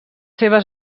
seves